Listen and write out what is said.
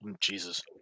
jesus